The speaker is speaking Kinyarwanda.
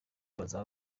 bazaba